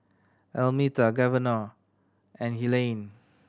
Almeta Governor and Helaine